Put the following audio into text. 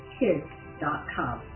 kids.com